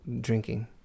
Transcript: Drinking